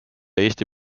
eesti